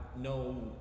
no